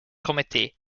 committee